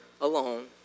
alone